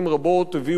הביאו על יוון חורבן,